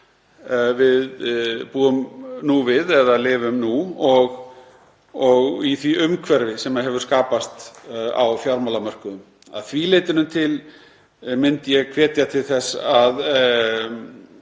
þeim tímum sem við lifum nú og í því umhverfi sem hefur skapast á fjármálamörkuðum. Að því leytinu til myndi ég hvetja til þess að